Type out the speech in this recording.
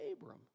Abram